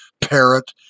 parrot